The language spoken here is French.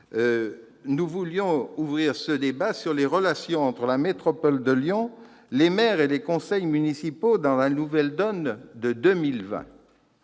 Nous voulions engager le débat sur les relations entre la métropole de Lyon, les maires et les conseils municipaux dans la nouvelle donne de 2020.